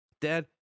Dad